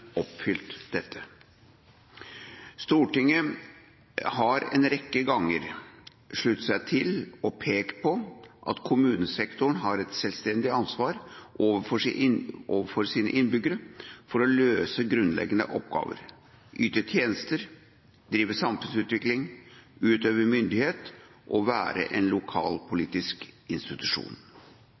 oppfylt dette. Stortinget har en rekke ganger sluttet seg til og pekt på at kommunesektoren har et selvstendig ansvar overfor sine innbyggere for å løse grunnleggende oppgaver, yte tjenester, drive samfunnsutvikling, utøve myndighet og være en lokalpolitisk institusjon.